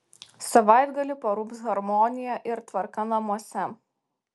savaitgalį parūps harmonija ir tvarka namuose